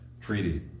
treaty